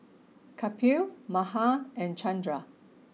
Kapil Mahan and Chandra